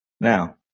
Now